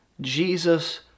Jesus